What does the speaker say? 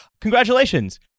congratulations